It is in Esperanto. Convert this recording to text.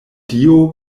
dio